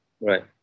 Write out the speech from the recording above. Right